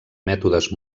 mètodes